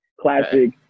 classic-